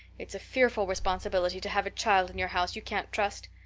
it's a fearful responsibility to have a child in your house you can't trust.